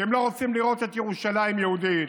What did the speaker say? כי הם לא רוצים לראות את ירושלים יהודית,